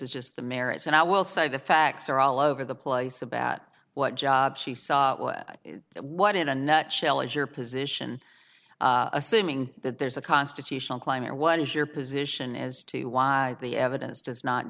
is just the merits and i will say the facts are all over the place the bat what jobs she saw what in a nutshell is your position assuming that there's a constitutional climate what is your position as to why the evidence does not